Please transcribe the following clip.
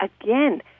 again